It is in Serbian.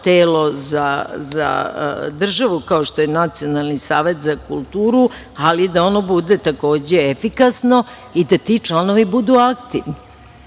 telo za državu kao što je Nacionalni savet za kulturu i da ono bude takođe efikasno, i da ti članovi budu aktivni,